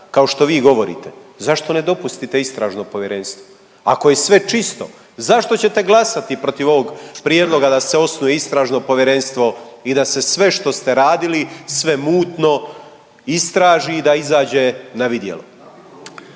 kao što vi govorite, zašto ne dopustite istražno povjerenstvo? Ako je sve čisto, zašto ćete glasati protiv ovog prijedloga da se osnuje istražnog povjerenstvo i da se sve što ste radili, sve mutno istraži i da izađe na vidjelo?